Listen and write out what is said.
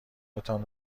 تان